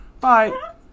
Bye